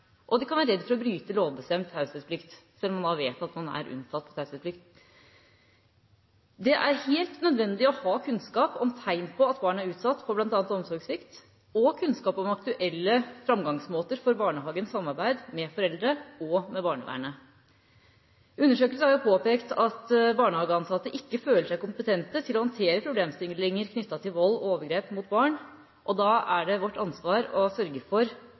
og de kan være redde for å bryte lovbestemt taushetsplikt, sjøl om man vet at man er unntatt taushetsplikt. Det er helt nødvendig å ha kunnskap om tegn på at barn er utsatt for bl.a. omsorgssvikt, og kunnskap om aktuelle framgangsmåter for barnehagens samarbeid med foreldre og med barnevernet. Undersøkelser har påpekt at barnehageansatte ikke føler seg kompetente til å håndtere problemstillinger knyttet til vold og overgrep mot barn. Da er det vårt ansvar å sørge for